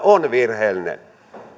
on virheellinen